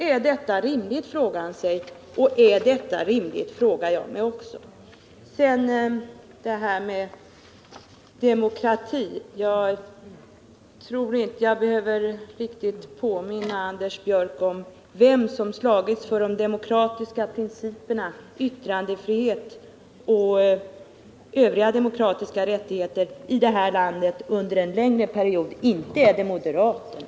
Är detta rimligt? frågar han sig — och det frågar jag mig också. Beträffande detta med demokrati tror jag inte att jag behöver påminna Anders Björck om vem som slagits för de demokratiska principerna — yttrandefrihet och övriga demokratiska rättigheter — i det här landet under en längre period. Inte är det moderaterna.